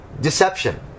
deception